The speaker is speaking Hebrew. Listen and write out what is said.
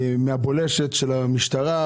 שהם מהבולשת של המשטרה,